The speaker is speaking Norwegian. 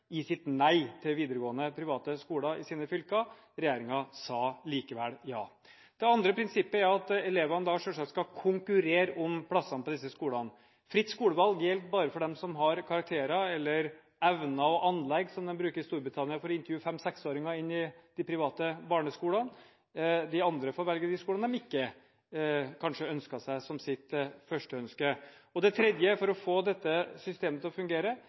i sitt nei til videregående private skoler i sine fylker – regjeringen sa likevel ja. Det andre prinsippet er at elevene selvsagt skal konkurrere om plassene på disse skolene. Fritt skolevalg gjelder bare for dem som har gode nok karakterer, eller evner og anlegg – som de ser på i Storbritannia når de intervjuer fem–seks-åringer som skal inn i de private barneskolene. De andre får velge de skolene de ikke, kanskje, hadde som sitt førsteønske. Det tredje som må til for å få dette systemet til å fungere,